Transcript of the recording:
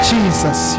Jesus